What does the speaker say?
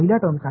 மாணவர் x